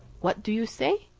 what do you say?